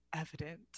Evident